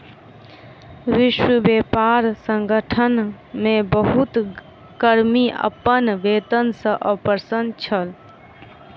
विश्व व्यापार संगठन मे बहुत कर्मी अपन वेतन सॅ अप्रसन्न छल